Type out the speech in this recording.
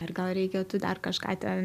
ar gal reikėtų dar kažką ten